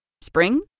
Spring